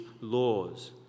laws